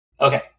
Okay